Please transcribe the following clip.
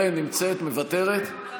נמצאת אבל מוותרת, קרן נמצאת, מוותרת?